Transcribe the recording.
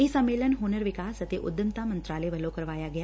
ਇਹ ਸੰਮੇਲਨ ਹੁਨਰ ਵਿਕਾਸ ਅਤੇ ਉਦੱਮਤਾ ਮੰਤਰਾਲੇ ਵੱਲੋਂ ਕਰਾਇਆ ਗਿਆ